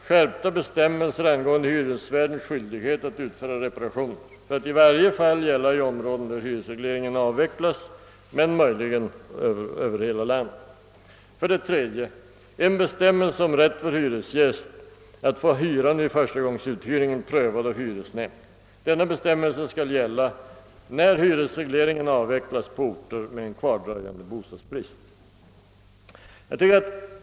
Skärpta bestämmelser angående hyresvärds skyldighet att utföra reparationer, att i varje fall gälla i områden där hyresregleringen avvecklats, möjligen över hela landet. 3. Bestämmelse om rätt för hyresgäst att vid förstagångsuthyrning få hyran prövad av hyresnämnd. Denna bestämmelse skall gälla vid hyresregleringens avveckling på orter med kvardröjande bostadsbrist.